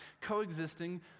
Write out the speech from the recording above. coexisting